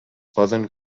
poden